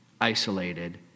isolated